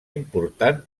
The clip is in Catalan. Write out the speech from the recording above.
important